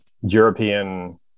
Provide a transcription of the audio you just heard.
European